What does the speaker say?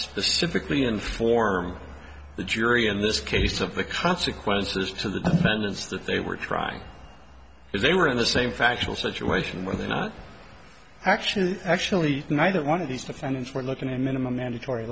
specifically inform the jury in this case of the consequences to the defendant's that they were trying if they were in the same factual situation where they're not actually actually neither one of these defendants we're looking at a minimum mandatory